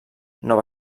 nova